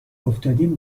افتادیم